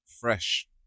fresh